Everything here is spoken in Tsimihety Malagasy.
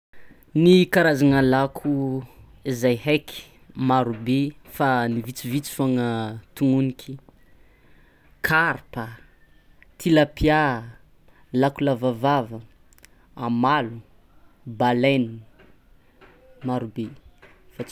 Ny karazana lako zay heky marobe fa ny vitsivitsy fôgna tononiky eto: karpa, tilapia, lako lava vava, amalogno, baleine, marobe.